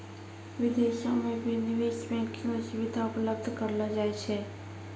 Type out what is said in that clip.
विदेशो म भी निवेश बैंकिंग र सुविधा उपलब्ध करयलो जाय छै